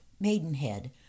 maidenhead